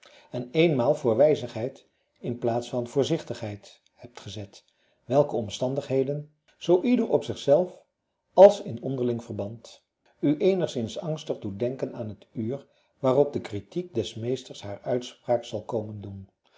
en eenmaal voorwijzigheid in plaats van voorzichtigheid hebt gezet welke omstandigheden zoo ieder op zichzelf als in onderling verband u eenigszins angstig doen denken aan het uur waarop de critiek des meesters haar uitspraak zal komen doen